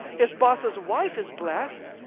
his boss's wife is blessed,